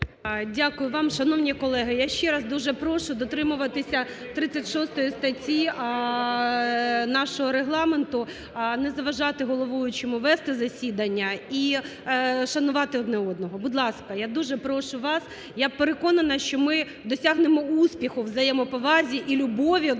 Дякую вам. Шановні колеги, я ще раз дуже прошу дотримуватися 36-ї статті нашого Регламенту, не заважати головуючому вести засідання і шанувати один одного. Будь ласка, я дуже прошу вас! Я переконана, що ми досягнемо успіху у взаємоповазі і любові один